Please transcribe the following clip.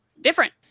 different